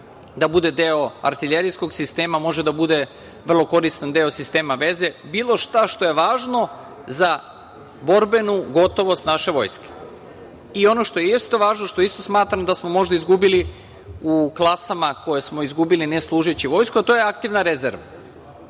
da bude deo artiljerijskog sistema, može da bude vrlo koristan deo sistema veze, bilo šta što je važno za borbenu gotovost naše vojske. Ono što je isto važno, što isto smatram da smo možda izgubili u klasama koje smo izgubili možda ne služeći vojsku, to je aktivna rezerva.